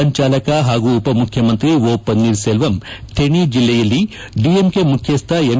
ಸಂಚಾಲಕ ಹಾಗೂ ಉಪಮುಖ್ಯಮಂತ್ರಿ ಓ ಪನ್ನೀರ್ ಸೆಲ್ವಂ ಥೆಣಿ ಜಿಲ್ಲೆಯಲ್ಲಿ ಡಿಎಂಕೆ ಮುಖ್ಯಸ್ನ ಎಂ